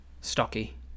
Stocky